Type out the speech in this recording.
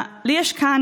לי יש כאן,